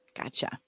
Gotcha